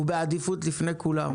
הוא בעדיפות לפני כולם.